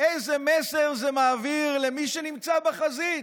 איזה מסר זה מעביר למי שנמצא בחזית?